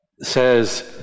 says